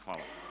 Hvala.